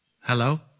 Hello